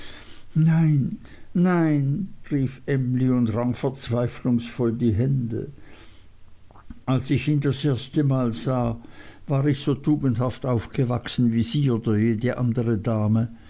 nein nein rief emly und rang verzweiflungsvoll die hände als ich ihn das erste mal sah war ich so tugendhaft aufgewachsen wie sie oder jede andere dame